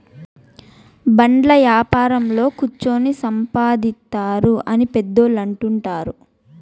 బాండ్ల యాపారంలో కుచ్చోని సంపాదిత్తారు అని పెద్దోళ్ళు అంటుంటారు